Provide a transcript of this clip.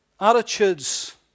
attitudes